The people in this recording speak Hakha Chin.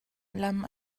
lam